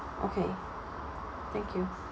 okay thank you